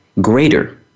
greater